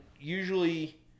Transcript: usually